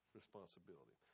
responsibility